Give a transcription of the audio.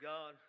God